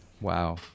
Wow